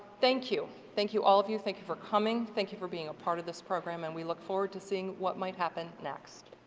thank you. thank you all of you, thank you for coming, thank you for being a part of this program and we look forward to seeing what might happen next.